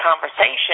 conversation